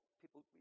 people